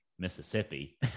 mississippi